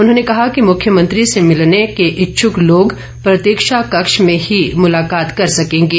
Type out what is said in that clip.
उन्होंने कहा कि मुख्यमंत्री से भिलने के इच्छूक लोग प्रतीक्षा कक्ष में ही मुलाकात कर सकेंगे